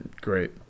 Great